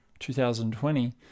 2020